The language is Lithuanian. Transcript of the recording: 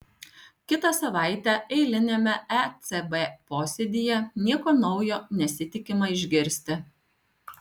kitą savaitę eiliniame ecb posėdyje nieko naujo nesitikima išgirsti